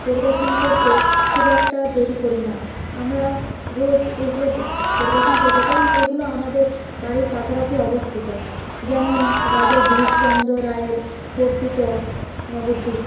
পরিদর্শন করতে খুব একটা দেরি করি না আমরা রোজ এগুলো পরিদর্শন করে থাকি কারণ এগুলো আমাদের বাড়ির পাশাপাশি অবস্থিত যেমন রাজা গিরিশ চন্দ্র রায়ের কর্তিত নবদ্বীপ